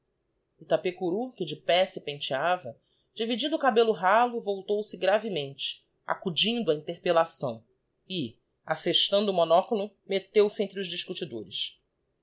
itapecurú que de pé se penteava dividindo o ca bello ralo voltou-se gravemente acudindo á inter pellação e assestando o monóculo metteu-se entre os discutidores a